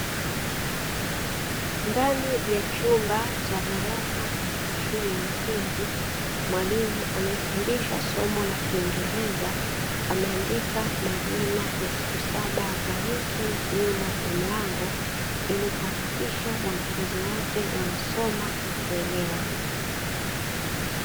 Ndani ya chumba cha darasa katika shule ya msingi, Mwalimu anaefundisha somo la kiingereza, ameandika majina na siku saba za wiki nyuma ya mlango, ili kuhakikisha wanafunzi wote wanasoma na kuelewa.